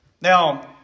Now